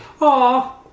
Aw